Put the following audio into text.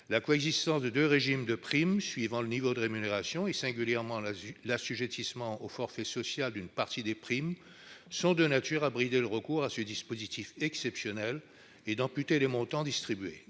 la coexistence de deux régimes de primes suivant le niveau de rémunération et, singulièrement, l'assujettissement au forfait social d'une partie des primes, sont de nature à brider le recours à ce dispositif exceptionnel et à amputer les montants distribués.